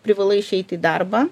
privalai išeiti į darbą